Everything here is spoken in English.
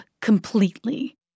completely